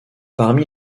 parmi